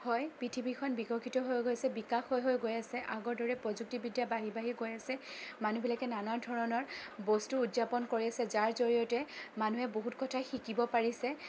হয় পৃথিৱীখন বিকশিত হৈ গৈছে বিকাশ হৈ হৈ গৈ আছে আগৰদৰে প্ৰযুক্তিবিদ্যা বাঢ়ি বাঢ়ি গৈ আছে মানুহবিলাকে নানা ধৰণৰ বস্তু উদযাপন কৰি আছে যাৰ জৰিয়তে মানুহে বহুত কথাই শিকিব পাৰিছে